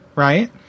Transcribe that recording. Right